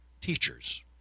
teachers